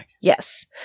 Yes